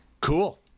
Cool